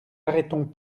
arrêtons